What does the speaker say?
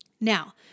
Now